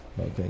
okay